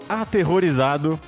aterrorizado